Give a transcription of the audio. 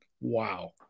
wow